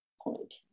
point